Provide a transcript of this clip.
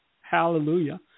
Hallelujah